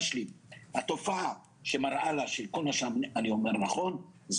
התופעה שמראה שכל מה שאני אומר נכון,